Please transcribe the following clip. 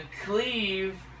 cleave